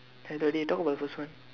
I already talk about the first one